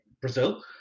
Brazil